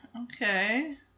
Okay